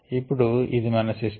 ఇప్పుడు ఇది మన సిస్టం